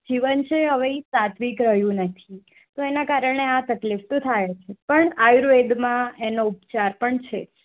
જીવન છે હવે એ સાત્વિક રહ્યું નથી તો એના કારણે આ તકલીફ તો થાય જ છે પણ આયુર્વેદમાં એનો ઉપચાર પણ છે